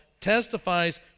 testifies